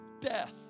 death